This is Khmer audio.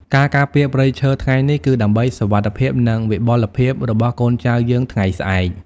ការការពារព្រៃឈើថ្ងៃនេះ គឺដើម្បីសុវត្ថិភាព និងវិបុលភាពរបស់កូនចៅយើងថ្ងៃស្អែក។